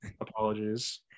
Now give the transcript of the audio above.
apologies